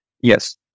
Yes